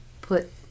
put